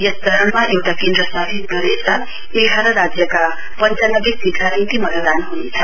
यस चरणमा एउटा केन्द्र शासित प्रदेश र एघार राज्यका पञ्चानब्वे सीटका निम्ति मतदान हुनेछ